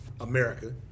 America